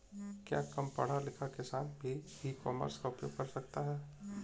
क्या कम पढ़ा लिखा किसान भी ई कॉमर्स का उपयोग कर सकता है?